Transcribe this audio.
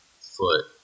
foot